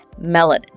melanin